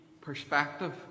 perspective